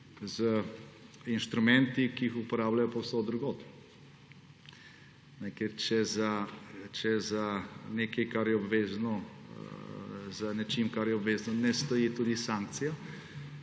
z inštrumenti, ki jih uporabljajo povsod drugod. Ker če za za nečim, kar je obvezno, ne stoji tudi sankcija,